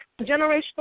generational